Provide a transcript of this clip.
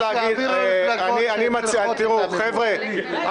הבחירות --------- חבר'ה,